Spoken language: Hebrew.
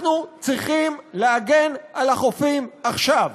אנחנו צריכים להגן על החופים עכשיו.